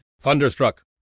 Thunderstruck